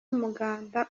umuganda